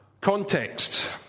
Context